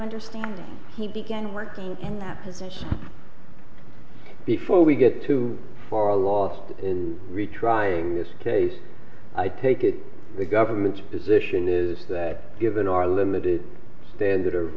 understanding he began working in that position before we get too far lost in retrying this case i take it the government's position is that given our limited standard of